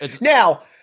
Now